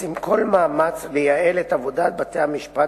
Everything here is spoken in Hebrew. עושה כל מאמץ לייעל את עבודת בתי-המשפט